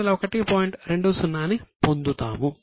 20 ని పొందుతాము